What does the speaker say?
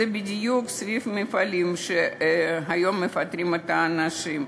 בדיוק סביב המפעלים שהיום מפטרים את האנשים.